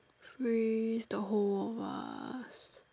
freeze the whole of us